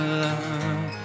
love